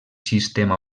sistema